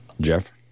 Jeff